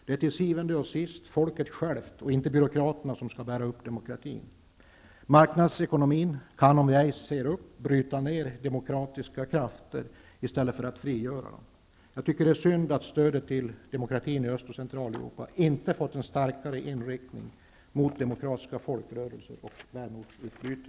Det är till syvende och sist folket självt -- inte byråkraterna -- som skall bära upp demokratin. Marknadsekonomin kan, om vi ej ser upp, bryta ned demokratiska krafter i stället för att frigöra dem. Jag tycker att det är synd att stödet till demokratin i Öst och Centraleuropa inte fått en starkare inriktning mot demokratiska folkrörelser och vänortsutbyte.